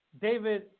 David